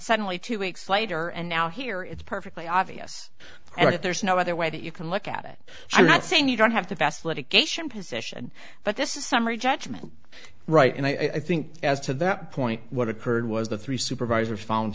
suddenly two weeks later and now here it's perfectly obvious that there's no other way that you can look at it i'm not saying you don't have the best litigation position but this is a summary judgment right and i think as to that point what occurred was the three supervisors found